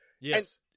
Yes